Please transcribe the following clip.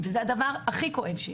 וזה הכי כואב.